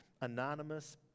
anonymous